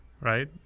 right